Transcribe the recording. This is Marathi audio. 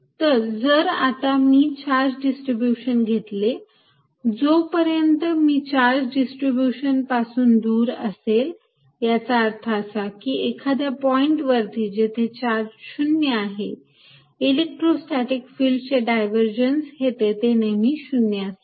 तर जर आता मी चार्ज डिस्ट्रीब्यूशन घेतले जोपर्यंत मी चार्ज डिस्ट्रीब्यूशन पासून दूर असेल याचा अर्थ असा की एखाद्या पॉईंट वरती जेथे चार्ज 0 आहे इलेक्ट्रोस्टॅटीक फिल्डचे डायव्हर्जन्स हे तेथे नेहमी 0 असेल